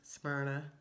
Smyrna